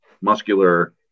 muscular